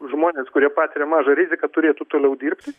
žmonės kurie patiria mažą riziką turėtų toliau dirbti